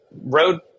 road